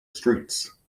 streets